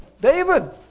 David